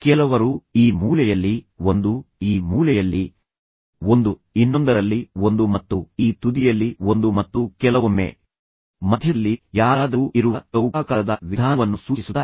ಕೆಲವರು ಈ ಮೂಲೆಯಲ್ಲಿ ಒಂದು ಈ ಮೂಲೆಯಲ್ಲಿ ಒಂದು ಇನ್ನೊಂದರಲ್ಲಿ ಒಂದು ಮತ್ತು ಈ ತುದಿಯಲ್ಲಿ ಒಂದು ಮತ್ತು ಕೆಲವೊಮ್ಮೆ ಮಧ್ಯದಲ್ಲಿ ಯಾರಾದರೂ ಇರುವ ಚೌಕಾಕಾರದ ವಿಧಾನವನ್ನು ಸೂಚಿಸುತ್ತಾರೆ